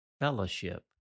fellowship